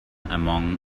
among